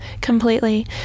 completely